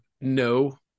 No